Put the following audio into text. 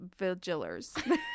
vigilers